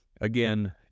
again